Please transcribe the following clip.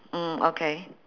mm okay